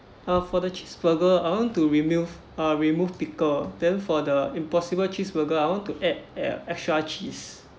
uh for the cheeseburger I want to remove uh remove pickle then for the impossible cheeseburger I want to add an extra cheese